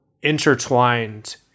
intertwined